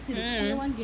mm